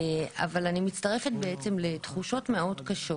אבל אני מצטרפת לתחושות מאוד קשות,